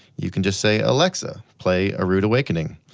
you can just say, alexa, play a rood awakening,